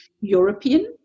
European